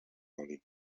oli